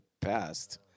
past